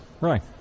Right